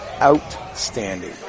outstanding